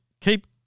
keep